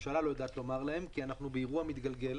גם הממשלה לא יודעת לומר להם כי אנחנו באירוע מתגלגל.